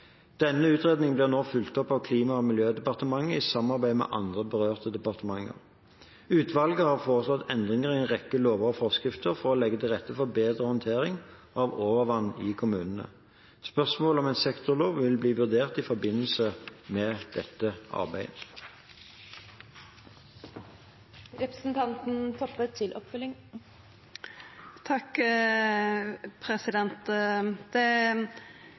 Denne utredningen blir nå fulgt opp av Klima- og miljødepartementet i samarbeid med andre berørte departementer. Utvalget har foreslått endringer i en rekke lover og forskrifter for å legge til rette for bedre håndtering av overvann i kommunene. Spørsmålet om en sektorlov vil bli vurdert i forbindelse med dette